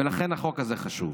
ולכן החוק הזה חשוב.